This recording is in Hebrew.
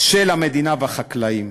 של המדינה והחקלאים.